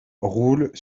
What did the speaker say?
roulent